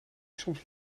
soms